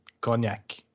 cognac